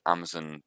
Amazon